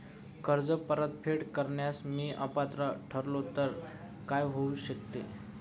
कर्ज परतफेड करण्यास मी अपात्र ठरलो तर काय होऊ शकते?